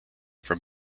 from